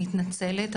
מתנצלת,